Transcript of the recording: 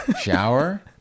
shower